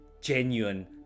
genuine